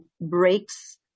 breaks